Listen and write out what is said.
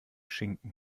schinken